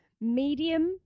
medium